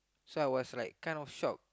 so I was like kind of shocked